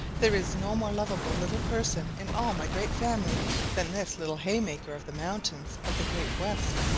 there is no more loveable little person in all my great family than this little haymaker of the mountains of the great west.